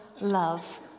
love